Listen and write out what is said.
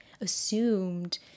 assumed